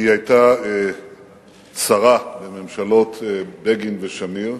היא היתה שרה בממשלות בגין ושמיר,